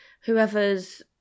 whoever's